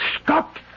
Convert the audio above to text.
Stop